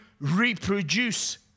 reproduce